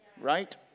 right